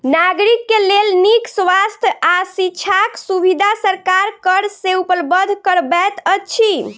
नागरिक के लेल नीक स्वास्थ्य आ शिक्षाक सुविधा सरकार कर से उपलब्ध करबैत अछि